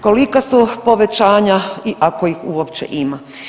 Kolika su povećanja i ako ih uopće ima.